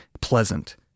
pleasant